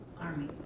army